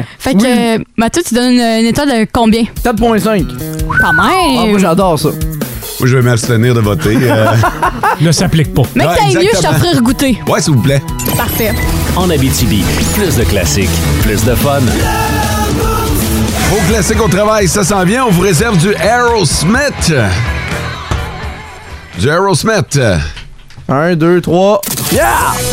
Fait que, Oui. euh, Mathieu, tu donnes une- une étoile de combien? 4,5. Pas mal! Oh, moi, j'adore ça. Moi, je vais m'abstenir de voter, euh. Ne s'applique pas. Mais Ouais, t'as eu exactement. mieux, je t'en ferai regoûter. Ouais, s'il vous plaît. Parfait. En Abitibi, plus de classiques, plus de fun. Au classique au travail, ça s'en vient, on vous réserve du Aerosmith. Du Aerosmith. Un, deux, trois. Yeah!